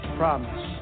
promise